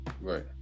right